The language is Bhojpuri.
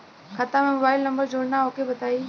खाता में मोबाइल नंबर जोड़ना ओके बताई?